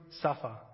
suffer